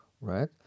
Right